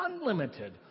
unlimited